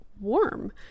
warm